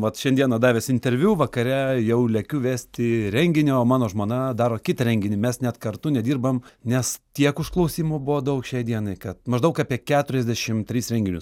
vat šiandieną davęs interviu vakare jau lekiu vesti renginį o mano žmona daro kitą renginį mes net kartu nedirbam nes tiek užklausimų buvo daug šiai dienai kad maždaug apie keturiasdešim tris renginius